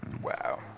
Wow